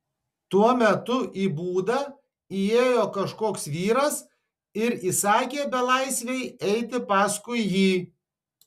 tuo metu į būdą įėjo kažkoks vyras ir įsakė belaisvei eiti paskui jį